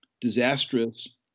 disastrous